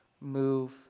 move